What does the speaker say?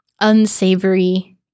unsavory